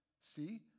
See